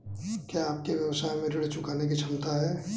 क्या आपके व्यवसाय में ऋण चुकाने की क्षमता है?